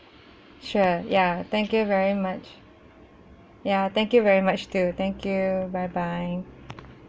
sure ya thank you very much ya thank you very much too thank you bye bye